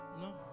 No